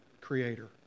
creator